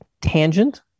tangent